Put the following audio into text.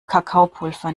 kakaopulver